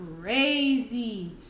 crazy